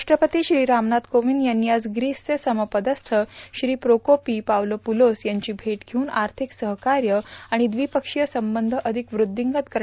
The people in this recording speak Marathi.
राष्ट्रपती श्री रामनाथ कोविंद यांनी आज ग्रीसचे समपदस्थ श्री प्रोकोपी पावलोपुलोस यांची भेट घेऊन आर्थिक सहकार्य आणि द्विपक्षीय संबंधि अधिक वृद्धिंगत करण्यावर चर्चा केली